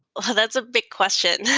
so that's a big question. yeah